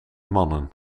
mannen